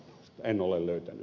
en ole löytänyt